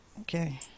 Okay